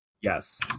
Yes